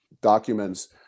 documents